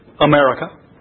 America